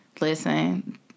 Listen